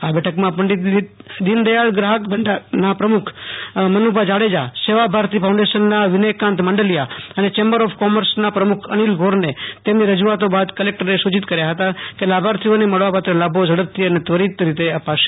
આ બેઠકમાં પંડિત દીનદયાલ ગ્રાહક ભંડારના પ્રમુખ મનુભા જાડેજા સેવા ભારતી ફાઉન્ડેશનના વિનયકાંત માંડલિયા અને ચેમ્બર ઓફ કોમર્સના પ્રમુખ અનિલ ગોરને તેમની રજૂઆતો બાદ કલેકટરે સૂ ચિત કર્યા હતા કે લાભાર્થીઓને મળવાપાત્ર લાભો ઝડપથી અને ત્વરિત રીતે અપાશે